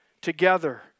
together